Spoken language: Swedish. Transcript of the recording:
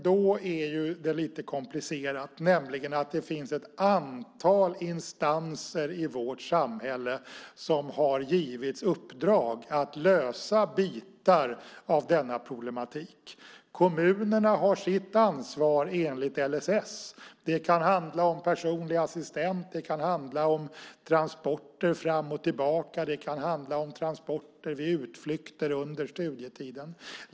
Då är det lite komplicerat, nämligen att det finns ett antal instanser i vårt samhälle som har givits i uppdrag att lösa bitar av denna problematik. Kommunerna har sitt ansvar enligt LSS. Det kan handla om personlig assistent, om transporter fram och tillbaka och transporter vid utflykter under studietiden.